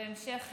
בהמשך